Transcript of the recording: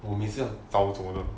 我每次要早走的